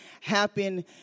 happen